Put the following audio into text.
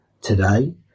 today